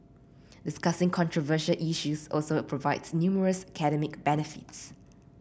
discussing controversial issues also provides numerous academic benefits